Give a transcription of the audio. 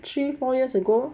three four years ago